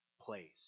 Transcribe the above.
place